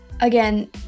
again